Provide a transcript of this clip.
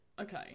Okay